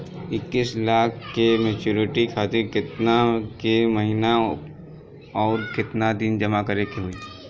इक्कीस लाख के मचुरिती खातिर केतना के महीना आउरकेतना दिन जमा करे के होई?